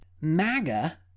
MAGA